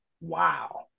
wow